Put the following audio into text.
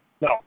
No